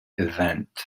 event